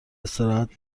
استراحت